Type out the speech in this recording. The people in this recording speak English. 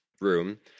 room